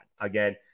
Again